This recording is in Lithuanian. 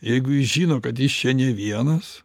jeigu jis žino kad jis čia ne vienas